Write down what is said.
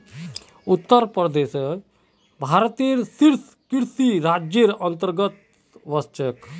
उत्तर प्रदेश भारतत शीर्ष कृषि राज्जेर अंतर्गतत वश छेक